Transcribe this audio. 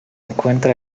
encuentra